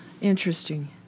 Interesting